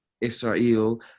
Israel